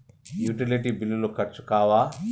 Utility బిల్లులు ఖర్చు కావా?